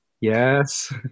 Yes